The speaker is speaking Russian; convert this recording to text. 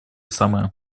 самое